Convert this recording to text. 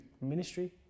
ministry